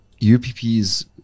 upps